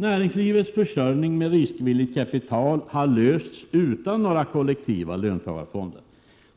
Näringslivets försörjning med riskvilligt kapital har ordnats utan några kollektiva löntagarfonder.